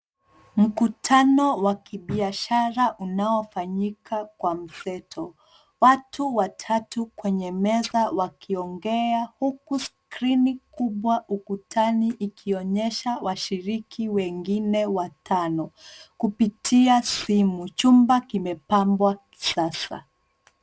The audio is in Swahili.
Mkutano wa kibiashara unaofanyika kwa mseto. Watu watatu kwenye meza wakiongea huku skrini kubwa ukutani ikionyesha washiriki wengine watano kupitia simu. Chumba kimepabwa kisasa.